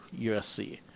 USC